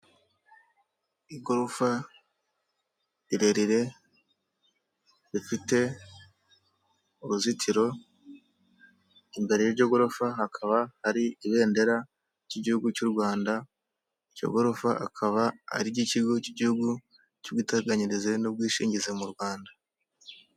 Igorofa rirerire rifite uruzitiro imbere y'iryo gorofa hakaba hari ibendera ry'igihugu cy'u Rwanda. Iryo gorofa akaba ariry'ikigo cy'igihugu cy'ubwiteganyirize n'ubwishingizi mu rwanda.